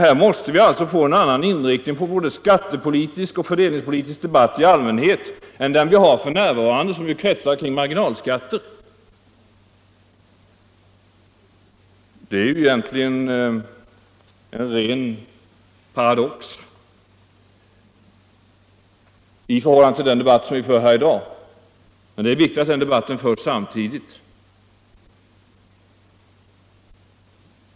Vi måste få en annan inriktning på både den skattepolitiska och den fördelningspolitiska debatten än nu, då diskussionen kretsar kring marginalskatter. Den debatten är en paradox mot bakgrund av den diskussion som vi för här i dag, men det är viktigt att dessa debatter kopplas samman.